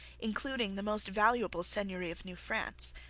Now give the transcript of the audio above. including the most valuable seigneury of new france,